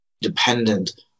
dependent